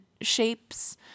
shapes